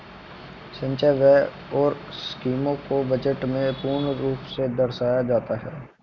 संचय व्यय और स्कीमों को बजट में पूर्ण रूप से दर्शाया जाता है